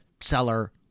seller